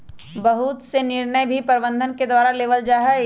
बहुत से निर्णय भी प्रबन्धन के द्वारा लेबल जा हई